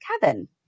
Kevin